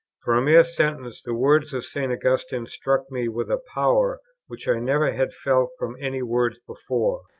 for a mere sentence, the words of st. augustine, struck me with a power which i never had felt from any words before.